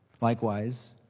Likewise